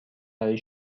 برای